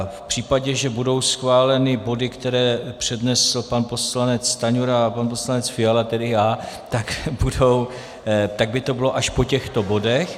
V případě, že budou schváleny body, které přednesl pan poslanec Stanjura a pan poslanec Fiala, tedy já, tak by to bylo až po těchto bodech.